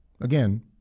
again